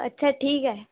अच्छा ठीक आहे